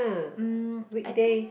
mm I think